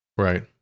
Right